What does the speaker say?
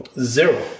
Zero